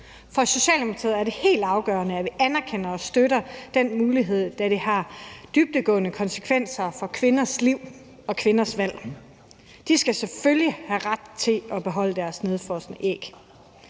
For Socialdemokratiet er det helt afgørende, at vi anerkender og støtter den mulighed, da det har dybdegående konsekvenser for kvinders liv og kvinders valg. De skal selvfølgelig have ret til at beholde deres nedfrosne æg.